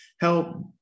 help